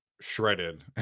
shredded